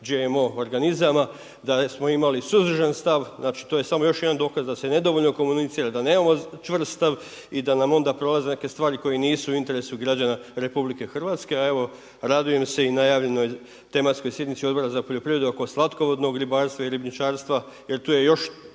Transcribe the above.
GMO organizama, da smo imali suzdržan stav, znači to je samo još jedan dokaz da se nedovoljno komunicira, da nemamo čvrst stav i da nam onda prolaze neke stvari koje nisu u interesu građana RH. A evo radujem se i najavljenoj tematskoj sjednici Odbora za poljoprivredu oko slatkovodnog ribarstva i ribnjičarstva jer tu je još